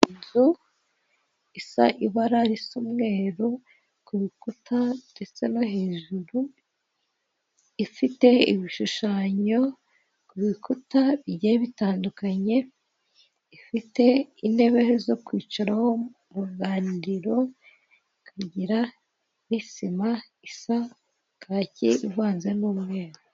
Inzu isa ibara risa umweru ku bikuta ndetse no hejuru, ifite ibishushanyo ku bikuta bigiye bitandukanye, ifite intebe zo kwicaraho mu ruganiriro ikagira isima isa kaki ivanze n'umweru.